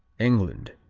england